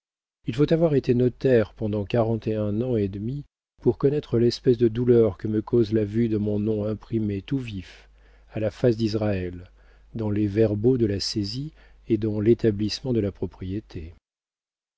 il faut avoir été notaire pendant quarante et un ans et demi pour connaître l'espèce de douleur que me cause la vue de mon nom imprimé tout vif à la face d'israël dans les verbaux de la saisie et dans l'établissement de la propriété